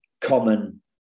common